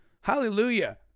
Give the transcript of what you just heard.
hallelujah